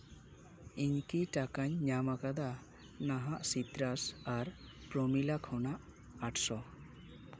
ᱤᱧ ᱠᱤ ᱴᱟᱠᱟᱧ ᱧᱟᱢ ᱟᱠᱟᱫᱟ ᱱᱟᱦᱟᱜ ᱥᱤᱛᱨᱟᱥ ᱟᱨ ᱯᱨᱚᱢᱤᱞᱟ ᱠᱷᱚᱱᱟᱜ ᱟᱴᱥᱚ